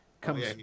comes